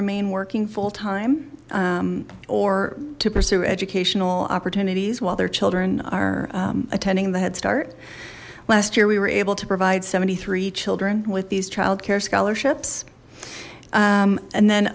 remain working full time or to pursue educational opportunities while their children are attending the headstart last year we were able to provide seventy three children with these childcare scholarships and then